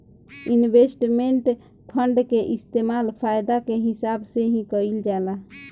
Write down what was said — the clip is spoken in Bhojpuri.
इन्वेस्टमेंट फंड के इस्तेमाल फायदा के हिसाब से ही कईल जाला